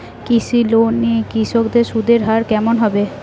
কৃষি লোন এ কৃষকদের সুদের হার কেমন হবে?